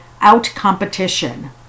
out-competition